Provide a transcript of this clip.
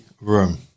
room